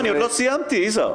אני עוד לא סיימתי, יזהר.